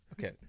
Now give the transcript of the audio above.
Okay